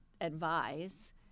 advise